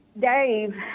Dave